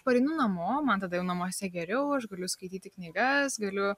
pareinu namo man tada jau namuose geriau aš galiu skaityti knygas galiu